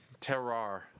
Terrar